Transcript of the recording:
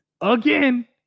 Again